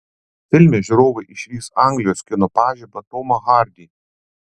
filme žiūrovai išvys anglijos kino pažibą tomą hardy